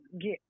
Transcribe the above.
get